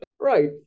Right